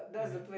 mmhmm